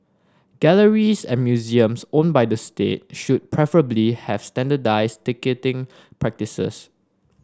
galleries and museums owned by the state should preferably have standardised ticketing practises